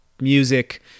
music